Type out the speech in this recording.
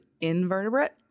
invertebrate